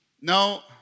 No